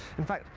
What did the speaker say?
in fact,